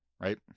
right